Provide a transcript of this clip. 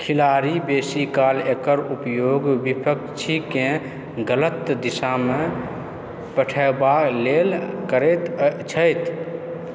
खिलाड़ी बेसीकाल एकर उपयोग विपक्षीकेँ गलत दिशामे पठयबा लेल करैत छथि